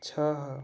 छः